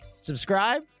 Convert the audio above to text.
subscribe